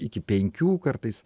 iki penkių kartais